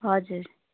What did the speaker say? हजुर